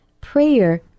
Prayer